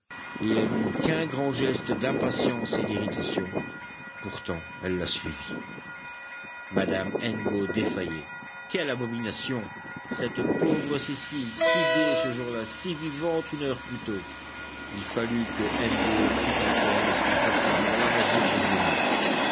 et elle n'eut qu'un grand geste d'impatience et d'irritation pourtant elle la suivit madame hennebeau défaillait quelle abomination cette pauvre cécile si gaie ce jour-là si vivante une heure plus tôt il fallut que hennebeau fît entrer un instant sa femme dans la masure du vieux